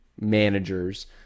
managers